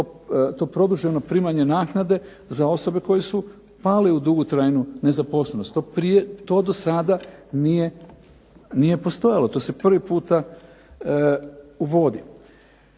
to produženo primanje naknade za osobe koji su pali u dugotrajnu nezaposlenost. To do sada nije postojalo. To se prvi puta uvodi.